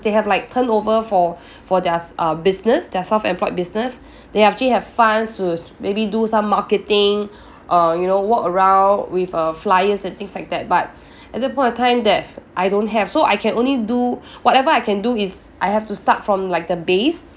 they have like turnover for for their uh business their self-employed business they actually have funds to maybe do some marketing uh you know walk around with uh flyers and things like that but at that point of time that I don't have so I can only do whatever I can do is I have to start from like the base